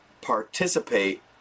participate